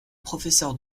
professeur